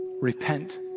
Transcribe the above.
repent